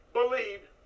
believed